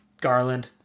Garland